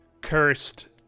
cursed